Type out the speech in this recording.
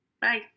Bye